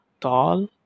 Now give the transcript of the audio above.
tall